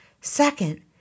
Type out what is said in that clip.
Second